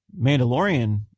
Mandalorian